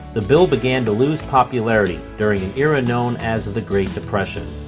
the bill began to lose popularity during an era known as the great depression.